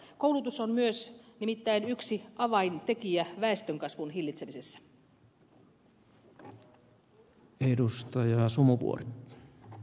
koulutus on myös nimittäin yksi avaintekijä väestönkasvun hillitsemisessä